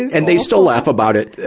and they still laugh about it, ah,